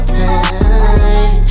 time